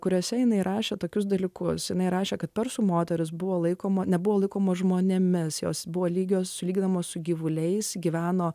kuriose jinai rašė tokius dalykus jinai rašė kad persų moteris buvo laikoma nebuvo laikomas žmonėmis jos buvo lygios sulyginamos su gyvuliais gyveno